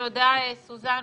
תודה, סוזן.